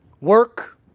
work